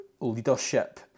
leadership